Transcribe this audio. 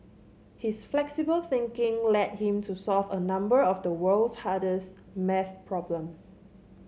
his flexible thinking led him to solve a number of the world's hardest maths problems